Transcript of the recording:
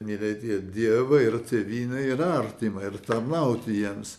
mylėti dievą ir tėvynę ir artimą ir tarnauti jiems